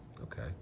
Okay